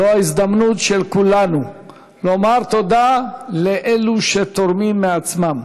זו ההזדמנות של כולנו לומר תודה לאלו שתורמים מעצמם,